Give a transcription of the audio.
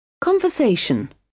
Conversation